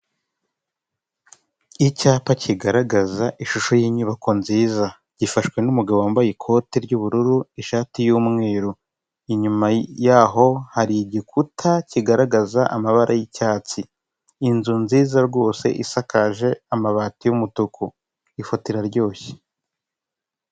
Icyapa kigaragaza ishusho y'inyubako nziza, gifashwe n'umugabo wambaye ikote ry'ubururu n'ishati y'umweru inyuma yaho hari igikuta kigaragaza amabara y'icyatsi, inzu nziza rwose isakaje amabati y'umutuku ifoto iraryoshye.